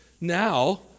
Now